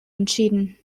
entschieden